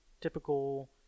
typical